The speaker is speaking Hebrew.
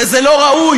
זה לא ראוי,